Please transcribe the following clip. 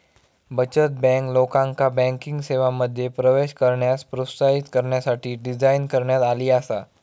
बचत बँक, लोकांका बँकिंग सेवांमध्ये प्रवेश करण्यास प्रोत्साहित करण्यासाठी डिझाइन करण्यात आली आसा